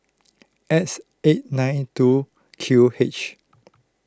X eight nine two Q H